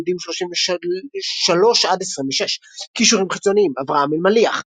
עמ' 26--33 קישורים חיצוניים אברהם אלמליח,